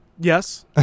Yes